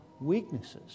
weaknesses